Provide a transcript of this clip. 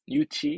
UT